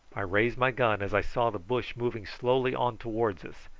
i raised my gun as i saw the bush moving slowly on towards us,